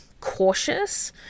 cautious